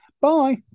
bye